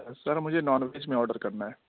سر مجھے non veg میں order کرنا ہے